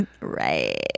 right